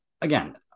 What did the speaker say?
again